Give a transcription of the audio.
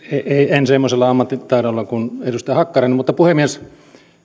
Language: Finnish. en semmoisella ammattitaidolla kuin edustaja hakkarainen puhemies